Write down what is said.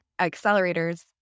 accelerators